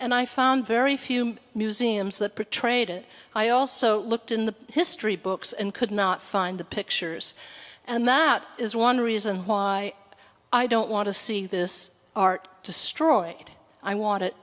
and i found very few museums that pre trained it i also looked in the history books and could not find the pictures and that is one reason why i don't want to see this art destroyed i want it